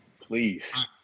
Please